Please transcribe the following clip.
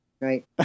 right